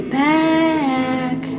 back